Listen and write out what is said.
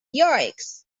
yoicks